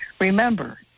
Remember